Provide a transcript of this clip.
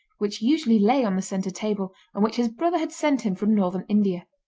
which usually lay on the centre table, and which his brother had sent him from northern india.